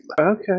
Okay